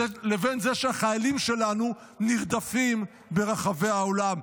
לבין זה שהחיילים שלנו נרדפים ברחבי העולם.